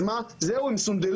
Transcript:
אז מה, זהו, הם סונדלו?